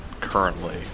currently